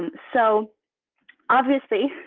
so obviously,